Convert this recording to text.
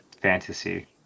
fantasy